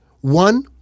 one